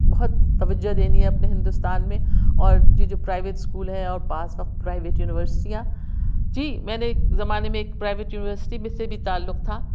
بہت توجہ دینی ہے اپنے ہندوستان میں اور یہ جو پرائویٹ اسکول ہیں اور پاس میں پرائویٹ یونیورسٹیاں جی میں نے ایک زمانے میں ایک پرائیویٹ یونیورسٹی میں سے بھی تعلق تھا